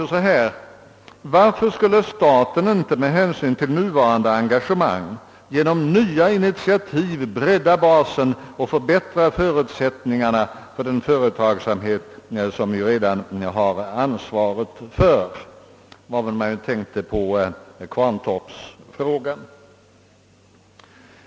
Man sade också: » Varför skulle staten inte med hänsyn till nuvarande engagemang genom nya initiativ bredda basen och förbättra förutsättningarna för den företagsamhet som vi redan har ansvaret för?» Man tänkte då på Kvarntorp.